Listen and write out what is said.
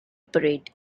parade